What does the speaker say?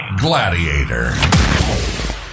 Gladiator